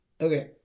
Okay